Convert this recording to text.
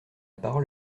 parole